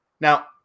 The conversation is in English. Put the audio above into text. Now